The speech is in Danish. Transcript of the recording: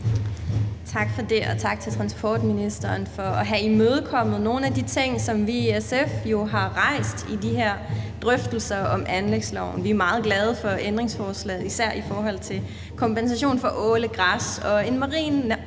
Tak for det, og tak til transportministeren for at have imødekommet nogle af de ting, som vi i SF jo har rejst i de her drøftelser om anlægsloven. Vi er meget glade for ændringsforslagene, især i forhold til kompensation for ålegræs, en marin